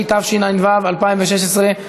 התשע"ו 2016,